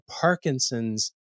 Parkinson's